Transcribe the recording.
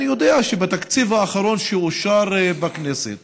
אני יודע שבתקציב האחרון שאושר בכנסת